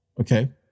Okay